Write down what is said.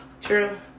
True